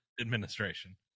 administration